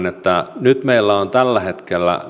että nyt meillä on tällä hetkellä